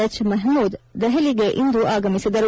H Mahmood ದೆಹಲಿಗೆ ಇಂದು ಆಗಮಿಸಿದರು